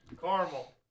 Caramel